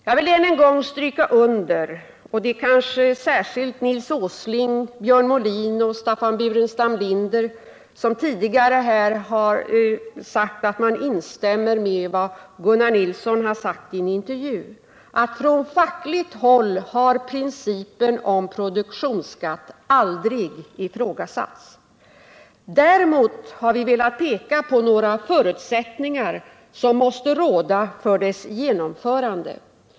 Jag vill än en gång stryka under — med särskild adress till Nils Åsling, Björn Molin och Staffan Burenstam Linder, som tidigare har förklarat att de instämmer i vad Gunnar Nilsson sagt i en intervju — att från fackligt håll principen om produktionsskatt aldrig har ifrågasatts. Däremot har vi velat peka på några förutsättningar, som måste råda för dess genomförande.